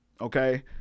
okay